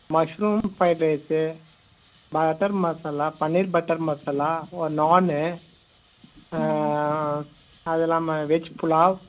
mushroom fried rice butter masala paneer butter masala naan அது இல்லாமல் veg pulao